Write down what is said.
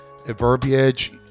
verbiage